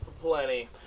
Plenty